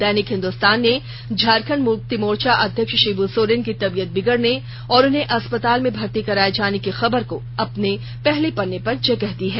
दैनिक हिंदुस्तान ने झारखंड मुक्ति मोर्चा अध्यक्ष प्रिाबू सोरेन की तबीयत बिगड़ने और उन्हें अस्पताल में भर्ती कराये जाने की खबर को अपने पहले पन्ने पर जगह दी है